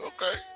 Okay